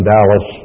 Dallas